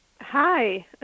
Hi